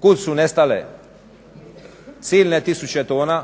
Kuda su nestale silne tisuće tona